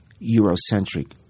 Eurocentric